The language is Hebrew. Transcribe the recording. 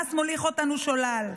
החמאס הוליך אותנו שולל.